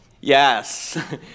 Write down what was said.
Yes